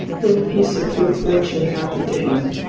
then a piece of good fortune happened to him.